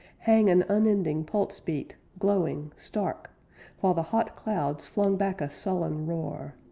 hang an unending pulse-beat, glowing, stark while the hot clouds flung back a sullen roar.